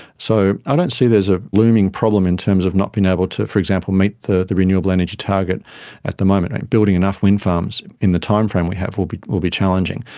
so i don't see there is a looming problem in terms of not being able to, for example, meet the the renewable energy target at the moment, and building enough windfarms in the time frame we have will be will be challenging,